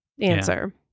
answer